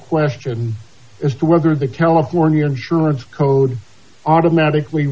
question as to whether the california insurance code automatically